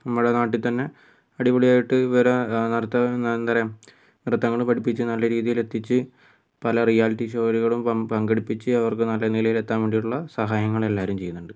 നമ്മളുടെ നാട്ടിൽത്തന്നെ അടിപൊളിയായിട്ട് ഇവരെ എന്താ പറയുക നൃത്തങ്ങൾ പഠിപ്പിച്ച് നല്ല രീതിയിൽ എത്തിച്ച് പല റിയാലിറ്റി ഷോകളിലും പങ്കെടുപ്പിച്ച് അവർക്ക് നല്ല നിലയിൽ എത്താൻ വേണ്ടിയിട്ടുള്ള സഹായങ്ങൾ എല്ലാവരും ചെയ്യുന്നുണ്ട്